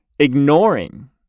Ignoring